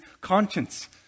conscience